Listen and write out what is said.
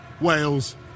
Wales